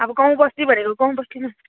अब गाउँबस्ती भनेको गाउँबस्ती नै हो